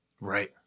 right